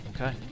Okay